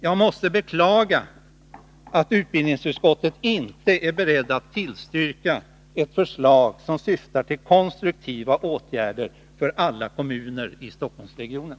Jag måste beklaga att utbildningsutskottet inte är berett att tillstyrka ett förslag som syftar till konstruktiva åtgärder för alla kommuner i Stockholmsregionen.